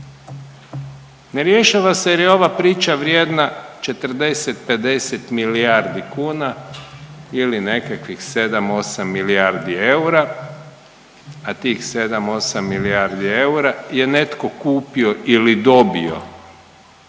Ne rješava se jer je ova priča vrijedna 40-50 milijardi kuna ili nekakvih 7-8 milijardi eura, a tih 7-8 milijardi eura je netko kupio ili dobio